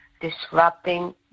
disrupting